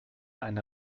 eine